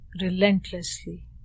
relentlessly